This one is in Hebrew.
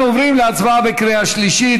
אנחנו עוברים להצבעה בקריאה שלישית.